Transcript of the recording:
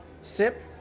sip